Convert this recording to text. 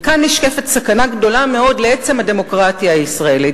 וכאן נשקפת סכנה גדולה מאוד לעצם קיומה של הדמוקרטיה הישראלית,